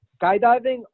skydiving